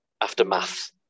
Aftermath